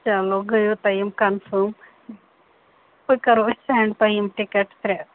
چلو گٔیو تۄہہِ یِم کَنفٲم سُہ کَرو أسۍ سٮ۪نٛڈ تۄہہ یِم ٹِکَٹ ترٛےٚ